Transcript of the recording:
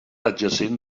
adjacent